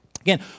Again